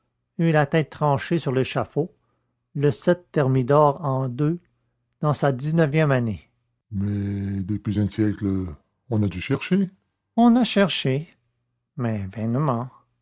eut la tête tranchée sur l'échafaud le thermidor an ii dans sa dix-neuvième année mais depuis un siècle on a dû chercher on a cherché mais